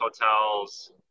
hotels